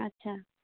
अच्छा